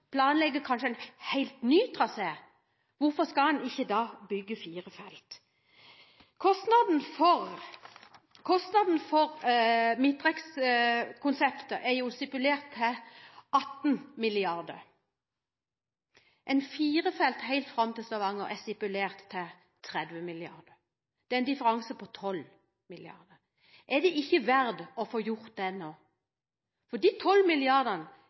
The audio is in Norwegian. planlegger en helt ny trasé, hvorfor skal en ikke da bygge fire felt? Kostnaden for midtrekkverkkonseptet er stipulert til 18 mrd. kr. Fire felt helt fram til Stavanger er stipulert til 30 mrd. kr. Det er en differanse på 12 mrd. kr. Er det ikke verdt å få gjort det nå, for de